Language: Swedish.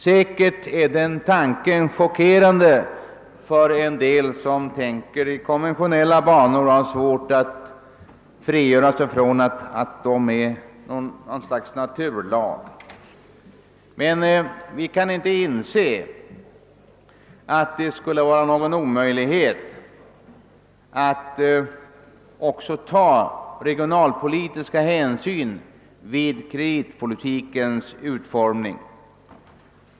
Säkerligen är den tanken chockerande för en del som tänker i konventionella banor och har svårt att frigöra sig från att det är något slags naturlag som här gäller. Vi kan emellertid inte inse att man inte skulle kunna ta även regionalpolitiska hänsyn vid kreditpolitikens utformning.